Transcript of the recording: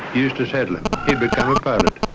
eustace headlam he'd become a pilot.